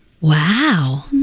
wow